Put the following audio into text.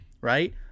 right